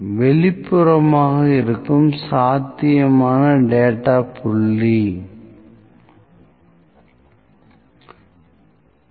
P 12N Zo Xo Xx வெளிப்புறமாக இருக்கும் சாத்தியமான டேட்டா புள்ளி 1 - 2